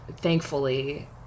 thankfully